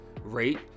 rate